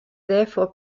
therefore